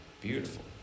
beautiful